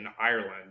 Ireland